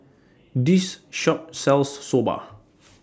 This Shop sells Soba